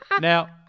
now